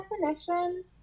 definition